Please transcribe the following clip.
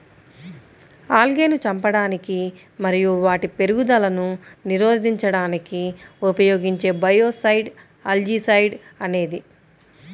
ఆల్గేను చంపడానికి మరియు వాటి పెరుగుదలను నిరోధించడానికి ఉపయోగించే బయోసైడ్ ఆల్జీసైడ్ అనేది